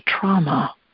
trauma